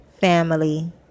family